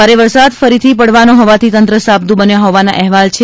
ભારે વરસાદ ફરીથી પડવાનો હોવાથી તંત્ર સાબદ્દુ બન્યું હોવાના અહેવાલ છે